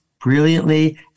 brilliantly